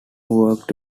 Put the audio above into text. walked